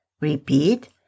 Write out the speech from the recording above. Repeat